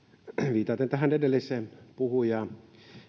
viitaten tähän edellisen puhujan